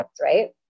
right